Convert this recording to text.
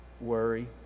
Worry